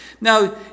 Now